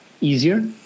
easier